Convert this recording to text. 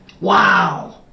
Wow